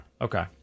Okay